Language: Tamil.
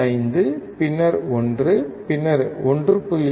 5 பின்னர் 1 பின்னர் 1